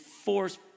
force